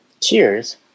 Cheers